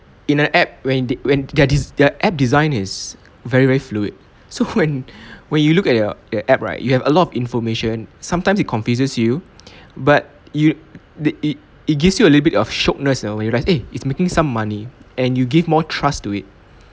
in an app when they when their de~ their app design is very very fluid so when when you look at your your app right you have a lot of information sometimes it confuses you but you the it it gives you a little bit of syiokness you know when you realised eh it's making some money and you give more trust to it